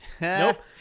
Nope